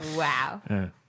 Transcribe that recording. Wow